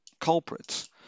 culprits